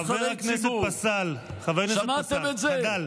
חבר הכנסת פסל, חדל.